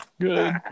good